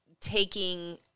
Taking